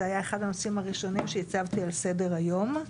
זה היה אחד הנושאים הראשונים שהצבתי על סדר היום.